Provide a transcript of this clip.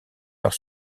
leur